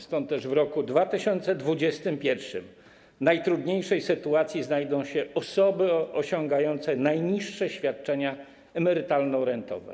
Stąd też w roku 2021 w najtrudniejszej sytuacji znajdą się osoby osiągające najniższe świadczenia emerytalno-rentowe.